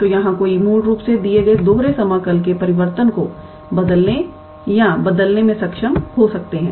तो यहाँ कोई मूल रूप से दिए गए दोहरे समाकल के परिवर्तन को बदलने में सक्षम हो सकता है